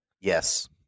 yes